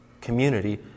community